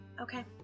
Okay